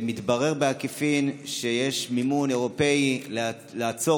מתברר בעקיפין שיש מימון אירופי לעצור